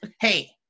hey